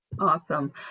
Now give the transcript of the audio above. Awesome